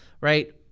right